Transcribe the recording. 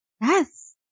Yes